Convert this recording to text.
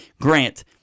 Grant